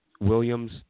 Williams